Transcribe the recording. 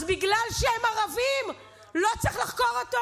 אז בגלל שהם ערבים לא צריך לחקור אותו?